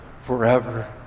forever